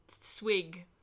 swig